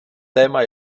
téma